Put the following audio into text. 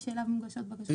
שאליו מוגשות בקשות לביטול.